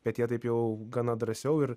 bet jie taip jau gana drąsiau ir